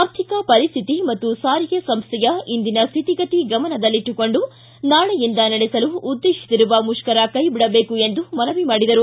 ಆರ್ಥಿಕ ಪರಿಸ್ಥಿತಿ ಮತ್ತು ಸಾರಿಗೆ ಸಂಸ್ಥೆಯ ಇಂದಿನ ಸ್ಥಿತಿಗತಿ ಗಮನದಲ್ಲಿಟ್ಟುಕೊಂಡು ನಾಳೆಯಿಂದ ನಡೆಸಲು ಉದ್ದೇಶಿಸಿರುವ ಮುಷ್ಕರ ಕೈಬಿಡಬೇಕು ಎಂದು ಮನವಿ ಮಾಡಿದರು